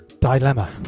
Dilemma